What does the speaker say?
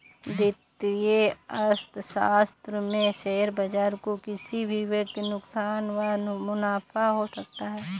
वित्तीय अर्थशास्त्र में शेयर बाजार को किसी भी वक्त नुकसान व मुनाफ़ा हो सकता है